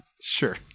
sure